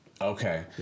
Okay